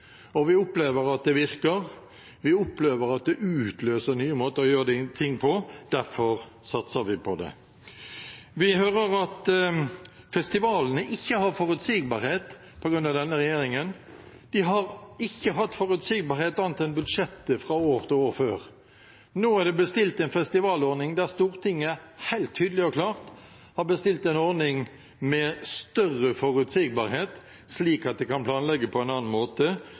og vi opplever at det virker, og vi opplever at det utløser nye måter å gjøre ting på. Derfor satser vi på det. Vi hører at festivalene ikke har forutsigbarhet på grunn av denne regjeringen. De har ikke hatt forutsigbarhet annet enn budsjettet fra år til år før. Nå er det bestilt en festivalordning der Stortinget helt tydelig og klart har bestilt en ordning med større forutsigbarhet slik at de kan planlegge på en annen måte,